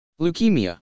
Leukemia